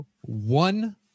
one